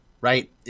right